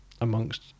amongst